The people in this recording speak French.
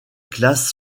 classe